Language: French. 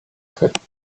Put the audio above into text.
faites